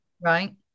Right